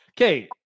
Okay